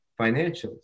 financials